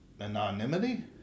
anonymity